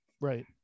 right